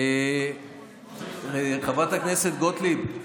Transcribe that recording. לעניין מעון יום, 19. חוק הגנה על עובדים בשעת